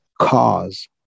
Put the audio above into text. cause